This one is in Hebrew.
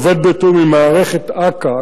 עובד בתיאום עם מערכת אכ"א,